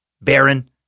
baron